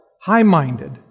high-minded